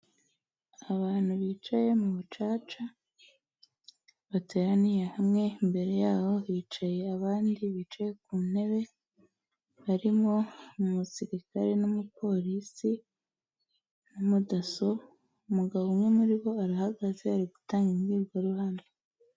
Abantu bicaye mu bucaca bateraniye hamwe, imbere yabo hicaye abandi bicaye ku ntebe barimo umusirikare n'umupolisi n'umudasso, umugabo umwe muri bo arahagaze ari gutanga imbwirwaruhame.